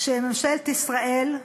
שממשלת ישראל,